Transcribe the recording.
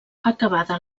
acabada